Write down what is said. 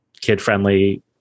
kid-friendly